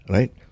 Right